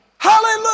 Hallelujah